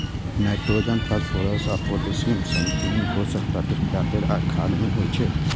nitrogen, phosphorus आ potassium सन तीन पोषक तत्व जादेतर खाद मे होइ छै